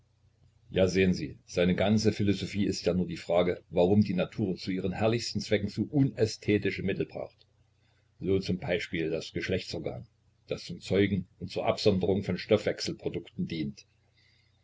ja sehen sie seine ganze philosophie ist ja nur die frage warum die natur zu ihren herrlichsten zwecken so unästhetische mittel braucht so z b das geschlechtsorgan das zum zeugen und zur absonderung von stoffwechselprodukten dient